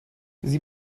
sie